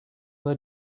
were